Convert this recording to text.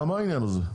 מה העניין הזה?